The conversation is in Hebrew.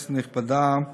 כנסת נכבדה,